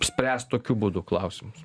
spręst tokiu būdu klausimus